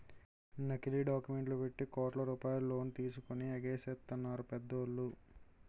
నకిలీ డాక్యుమెంట్లు పెట్టి కోట్ల రూపాయలు లోన్ తీసుకొని ఎగేసెత్తన్నారు పెద్దోళ్ళు